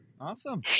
Awesome